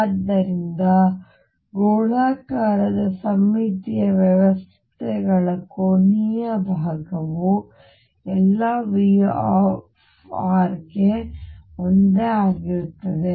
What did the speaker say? ಆದ್ದರಿಂದ ಗೋಳಾಕಾರದ ಸಮ್ಮಿತೀಯ ವ್ಯವಸ್ಥೆಗಳ ಕೋನೀಯ ಭಾಗವು ಎಲ್ಲಾ V ಗೆ ಒಂದೇ ಆಗಿರುತ್ತದೆ